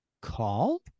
...call